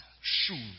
shoes